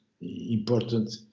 important